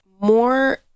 More